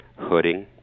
hooding